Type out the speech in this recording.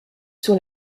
sur